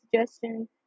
suggestion